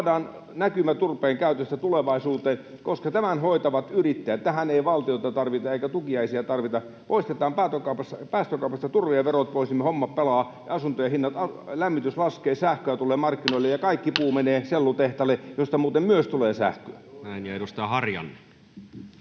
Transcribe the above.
saadaan näkymä turpeen käytöstä tulevaisuuteen, koska tämän hoitavat yrittäjät? Tähän ei tarvita valtiota eikä tukiaisia. Poistetaan päästökaupasta turve ja verot pois, niin homma pelaa ja asuntojen lämmityksen hinta laskee, sähköä tulee markkinoille ja kaikki puu menee sellutehtaille, joista muuten myös tulee sähköä. [Petri Huru: